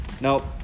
nope